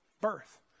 birth